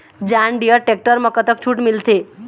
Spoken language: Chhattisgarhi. जॉन डिअर टेक्टर म कतक छूट मिलथे?